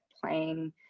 playing